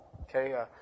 Okay